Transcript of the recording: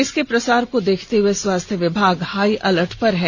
इसके प्रसार को देखते हुए स्वास्थ्य विभाग हाई अलर्ट पर है